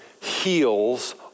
heals